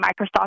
Microsoft